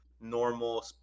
normal